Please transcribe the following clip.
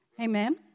Amen